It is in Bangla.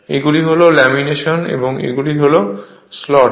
এগুলো হলো ল্যামিনেশন এবং এগুলো হলো স্লট